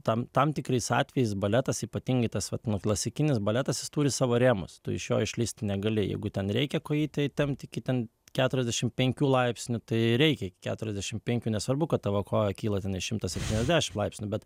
tam tam tikrais atvejais baletas ypatingai tas vat nu klasikinis baletas jis turi savo rėmus tu iš jo išlįst negali jeigu ten reikia kojytę įtempt iki ten keturiasdešimt penkių laipsnių tai reikia keturiasdešim penkių nesvarbu kad tavo koja kyla tenai šimtą septyniasdešim laipsnių bet